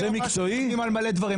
אמרו שמטפלים במלא דברים.